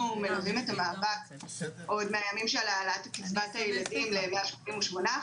אנחנו מלווים את המאבק עוד מהימים של העלאת קצבת הילדים ל-188%,